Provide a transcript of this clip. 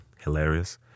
hilarious